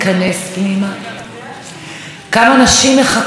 ואלה שנכנסות הן בחדר אחד עם הילדים שלהן,